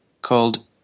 called